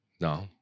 no